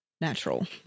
natural